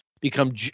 become